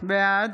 בעד